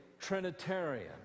Trinitarian